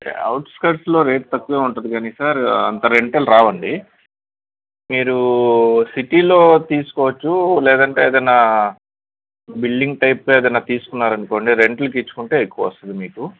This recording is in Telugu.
ఔట్స్కర్ట్లో రేట్ తక్కువే ఉంటది కానీ సార్ అంత రెంటల్ రావండి మీరూ సిటీలో తీస్కోవొచ్చు లేదంటే ఏదన్నా బిల్డింగ్ టైప్ ఏదన్నా తీసుకున్నారనుకోండి రెంట్ల కిచ్చుకుంటే ఎక్కువొస్తది మీకు